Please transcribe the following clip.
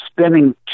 spending